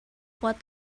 what